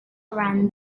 around